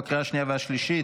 בקריאה השנייה והשלישית.